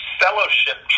fellowship